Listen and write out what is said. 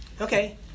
okay